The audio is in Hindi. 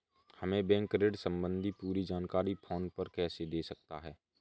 हमें बैंक ऋण संबंधी पूरी जानकारी फोन पर कैसे दे सकता है?